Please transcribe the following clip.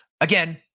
Again